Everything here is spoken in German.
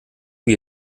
wie